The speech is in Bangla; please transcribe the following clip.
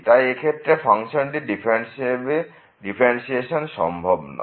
তাই এই ক্ষেত্রে ফাংশনটির ডিফারেন্সিয়েশন সম্ভব নয়